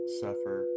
suffer